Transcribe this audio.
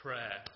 Prayer